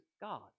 God